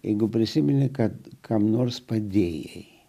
jeigu prisimeni kad kam nors padėjai